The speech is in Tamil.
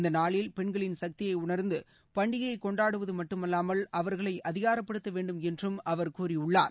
இந்த நாளில் பெண்களின் சக்தியை உணர்ந்து பண்டிகையை கொண்டாடுவது மட்டுமல்லாமல் அவர்களை அதிகாரப்படுத்த வேண்டும் என்றும் அவர் கூறியுள்ளார்